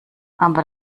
aber